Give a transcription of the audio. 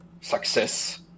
success